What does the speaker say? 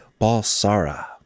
Balsara